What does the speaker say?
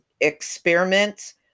experiments